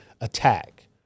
attack